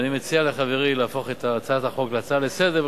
ואני מציע לחברי להפוך את הצעת החוק להצעה לסדר-היום,